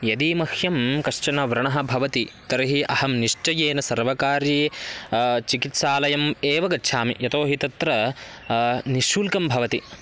यदि मह्यं कश्चन व्रणः भवति तर्हि अहं निश्चयेन सर्वकारी चिकित्सालयम् एव गच्छामि यतोहि तत्र निःशुल्कं भवति